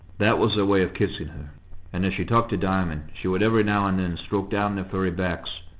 that was their way of kissing her and, as she talked to diamond, she would every now and then stroke down their furry backs,